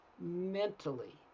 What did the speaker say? mentally